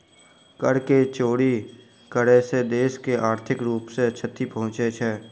कर के चोरी करै सॅ देश के आर्थिक रूप सॅ क्षति पहुँचे छै